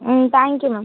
ம் thank you ma'am